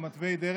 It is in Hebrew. אנחנו מעצבי דרך.